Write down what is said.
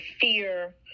fear